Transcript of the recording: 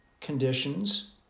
conditions